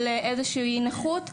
או לאיזו שהיא נכות,